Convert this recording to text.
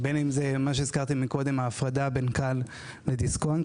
וההפרדה בין כאל לדיסקונט,